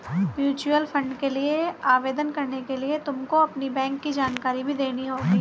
mutual fund के लिए आवेदन करने के लिए तुमको अपनी बैंक की जानकारी भी देनी होगी